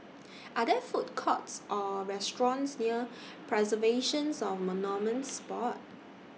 Are There Food Courts Or restaurants near Preservations of Monuments Board